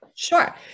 Sure